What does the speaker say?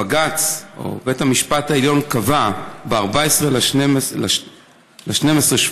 בג"ץ או בית המשפט העליון קבע ב-14 בדצמבר 2017